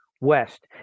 west